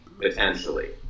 potentially